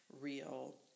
real